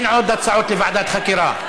אין עוד הצעות לוועדת חקירה.